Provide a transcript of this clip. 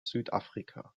südafrika